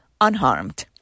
unharmed